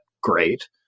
great